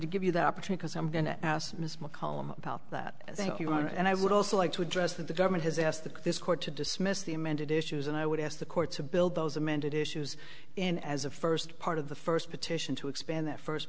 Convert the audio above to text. to give you the opportunity as i'm going to ask ms mccollum about that i think you are and i would also like to address that the government has asked the this court to dismiss the amended issues and i would ask the court to build those amended issues in as a first part of the first petition to expand that first